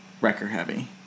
Wrecker-heavy